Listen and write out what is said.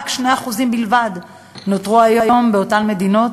רק 2% נותרו היום באותן מדינות,